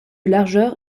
largeur